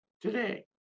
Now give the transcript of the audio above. today